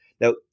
Now